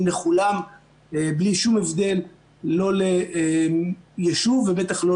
לכולם בלי שום הבדל לא ביישוב ובטח לא